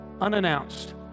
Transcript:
unannounced